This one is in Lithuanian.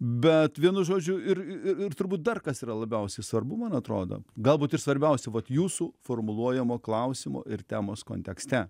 bet vienu žodžiu ir ir turbūt dar kas yra labiausiai svarbu man atrodo galbūt ir svarbiausia vat jūsų formuluojamo klausimo ir temos kontekste